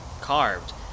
carved